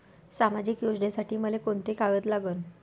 सामाजिक योजनेसाठी मले कोंते कागद लागन?